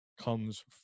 comes